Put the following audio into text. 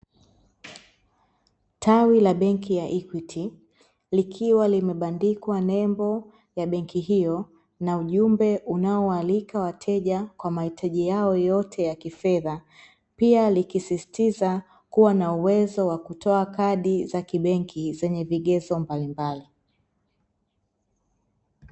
Tawi la benki ya Equity, likiwa limebandikwa nembo ya benki hiyo na ujumbe unaowaalika wateja kwa mahitaji yao yote ya kifedha. Pia likisisitiza kuwa na uwezo wa kutoa kadi za kibenki zenye vigezo mbalimbali.